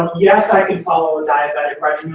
yes, i can follow a diabetic regimen,